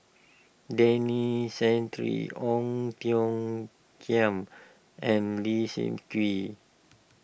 Denis Santry Ong Tiong Khiam and Leslie Kee